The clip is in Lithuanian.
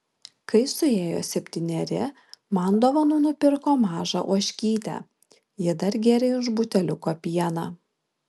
kai suėjo septyneri man dovanų nupirko mažą ožkytę ji dar gėrė iš buteliuko pieną